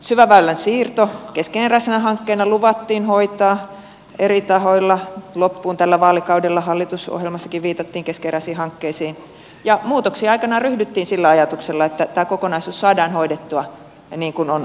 syväväylän siirto keskeneräisenä hankkeena luvattiin hoitaa eri tahoilla loppuun tällä vaalikaudella hallitusohjelmassakin viitattiin keskeneräisiin hankkeisiin ja muutoksiin aikanaan ryhdyttiin sillä ajatuksella että tämä kokonaisuus saadaan hoidettua niin kuin on luvattu